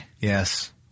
Yes